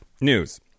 News